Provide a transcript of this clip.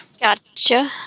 Gotcha